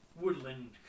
woodland